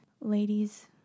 ladies